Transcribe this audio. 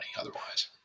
otherwise